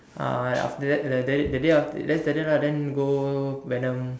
uh after that that's the day lah then go venom